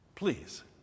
Please